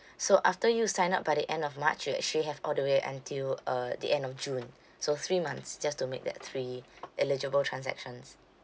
so after you sign up by the end of march you actually have all the way until uh the end of june so three months just to make that three eligible transactions